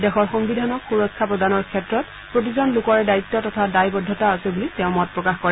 দেশৰ সংবিধানক সূৰক্ষা প্ৰদানৰ ক্ষেত্ৰত প্ৰতিজন লোকৰেই দায়িত্ব তথা দায়বদ্ধতা আছে বুলি তেওঁ মত প্ৰকাশ কৰে